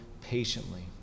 patiently